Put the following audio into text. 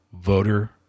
voter